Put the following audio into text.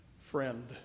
Friend